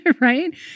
right